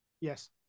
Yes